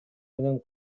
менен